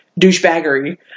douchebaggery